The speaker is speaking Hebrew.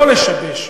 לא לשבש,